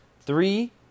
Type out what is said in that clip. Three